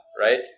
right